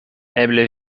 eble